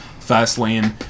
Fastlane